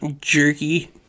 jerky